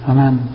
Amen